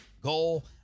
goal